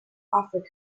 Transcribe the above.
africa